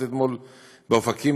באופקים,